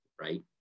right